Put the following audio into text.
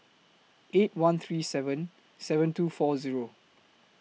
eight one three seven seven two four Zero